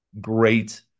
great